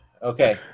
Okay